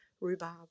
rhubarb